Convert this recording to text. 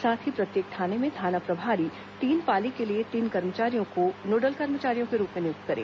साथ ही प्रत्येक थाने में थाना प्रभारी तीन पाली के लिए तीन कर्मचारियों को नोडल कर्मचारियों के रूप में नियुक्त करें